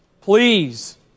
please